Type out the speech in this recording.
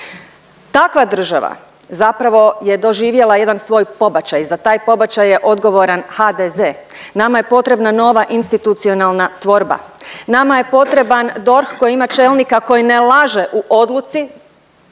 Takva država zapravo je doživjela jedan svoj pobačaj, za taj pobačaj je odgovoran HDZ. Nama je potrebna nova institucionalna tvorba, nama je potreban DORH koji ima čelnika koji ne laže u odluci